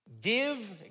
Give